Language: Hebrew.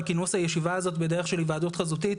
כינוס הישיבה הזאת בדרך של היוועדות חזותית,